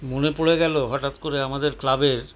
মনে পড়ে গেল হঠাৎ করে আমাদের ক্লাবের